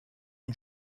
une